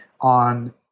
on